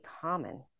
common